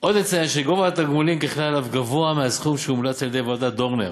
שגובה התגמולים ככלל אף גבוה מהסכום שהומלץ על-ידי ועדת דורנר,